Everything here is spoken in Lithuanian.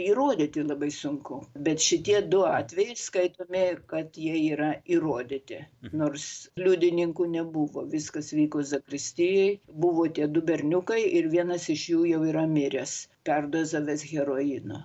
įrodyti labai sunku bet šitie du atvejai skaitomi kad jie yra įrodyti nors liudininkų nebuvo viskas vyko zakristijoj buvo tie du berniukai ir vienas iš jų jau yra miręs perdozavęs heroino